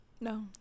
No